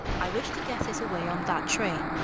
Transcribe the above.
i wish to get it away on that train.